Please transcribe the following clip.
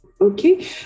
Okay